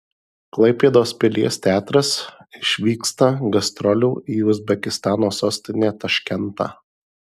klaipėdos pilies teatras išvyksta gastrolių į uzbekistano sostinę taškentą